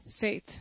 faith